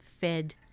fed